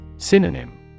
Synonym